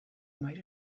might